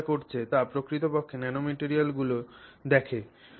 লোকেরা যা করেছে তা প্রকৃতপক্ষে ন্যানোমেটেরিয়ালগুলি দেখে